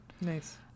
Nice